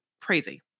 crazy